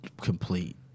complete